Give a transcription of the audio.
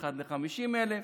אחד ל-50,000,